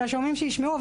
של השומעים שישמעו,